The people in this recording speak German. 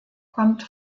kommt